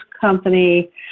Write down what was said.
Company